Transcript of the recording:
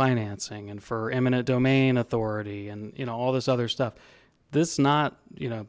financing and for eminent domain authority and you know all this other stuff this is not you know